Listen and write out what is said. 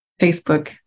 Facebook